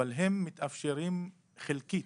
אבל הם מתאפשרים חלקית.